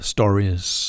Stories